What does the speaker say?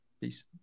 Peace